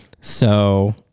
So-